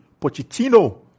Pochettino